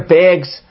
bags